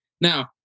now